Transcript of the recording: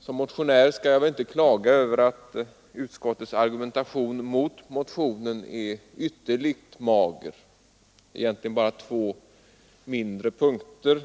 Som motionär skall jag väl inte klaga över att utskottets argumentation mot motionen är ytterligt mager. Den består egentligen bara av två mindre punkter.